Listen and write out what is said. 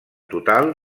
total